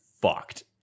fucked